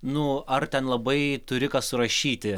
nu ar ten labai turi ką surašyti